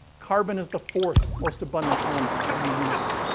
carbon is the fourth most abundant element in the universe.